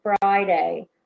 Friday